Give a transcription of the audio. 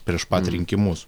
prieš pat rinkimus